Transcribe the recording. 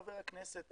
חבר הכנסת,